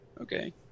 okay